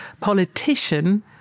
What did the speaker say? politician